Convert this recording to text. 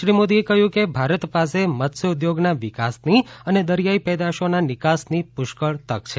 શ્રી મોદીએ કહયું કે ભારત પાસે મત્સ્યોદ્યોગના વિકાસની તથા દરિયાઇ પેદાશોના નીકાસની પુષ્કળ તક છે